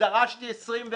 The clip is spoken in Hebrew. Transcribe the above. ודרשתי 24 חודשים.